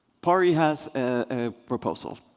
pari has a proposal.